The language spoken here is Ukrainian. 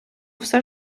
все